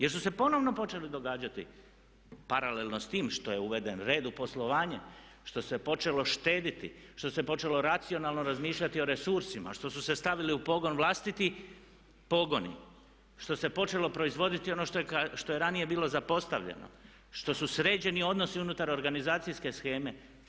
Jer su se ponovno počeli događati, paralelno s time što je uveden red u poslovanje, što se počelo štedjeti, što se počelo racionalno razmišljati o resursima, što su se stavili u pogon vlastiti pogoni, što se počelo proizvoditi ono što je ranije bilo zapostavljeno, što su sređeni odnosi unutar organizacijske sheme.